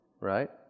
right